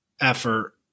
effort